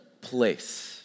place